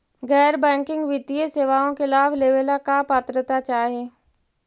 गैर बैंकिंग वित्तीय सेवाओं के लाभ लेवेला का पात्रता चाही?